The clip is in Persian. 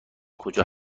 کجا